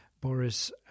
Boris